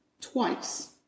twice